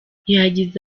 yagize